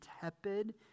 tepid